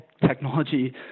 technology